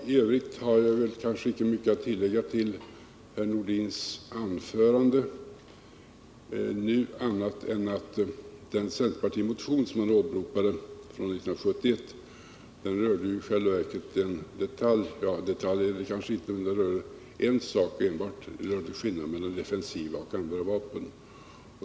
l övrigt har jag inte mycket att tillägga till herr Nordins anförande, annat än att den centermotion från 1971 som han åberopade i själva verket rörde en detalj — ja, detalj är det kanske inte men den rörde enbart en sak: skillnaden mellan defensiva och andra vapen.